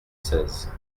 seize